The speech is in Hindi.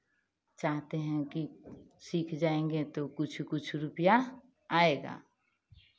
चाहते हैं की सीख जाएंगे तो कुछ कुछ रुपैया आएगा